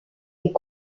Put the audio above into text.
est